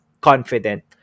confident